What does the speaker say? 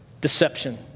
Deception